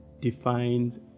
defines